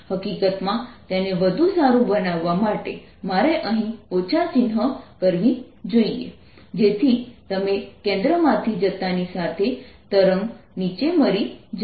હકીકતમાં તેને વધુ સારું બનાવવા માટે મારે અહીં ચિહ્ન કરવી જોઈએ Aexp kx vt2 જેથી તમે કેન્દ્ર માંથી જતાની સાથે તરંગ નીચે મરી જાય